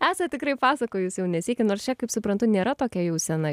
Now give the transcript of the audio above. esą tikrai pasakojo jis jau ne sykį nors kaip suprantu nėra tokia jau sena